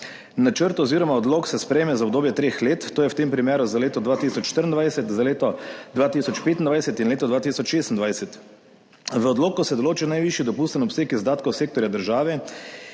Načrt oziroma odlok se sprejme za obdobje 3 let, to je v tem primeru za leto 2024, za leto 2025 in leto 2026.V odloku se določa najvišji dopusten obseg izdatkov sektorja države